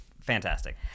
fantastic